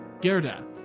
Gerda